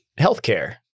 healthcare